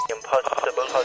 Impossible